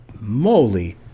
moly